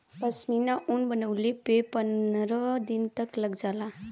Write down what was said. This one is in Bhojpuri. पश्मीना ऊन बनवले में पनरह दिन तक लग जाला